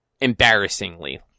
Embarrassingly